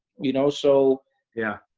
you know? so yeah.